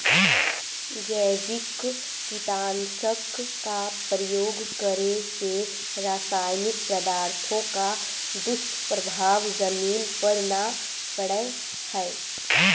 जैविक कीटनाशक का प्रयोग करे से रासायनिक पदार्थों का दुष्प्रभाव जमीन पर न पड़अ हई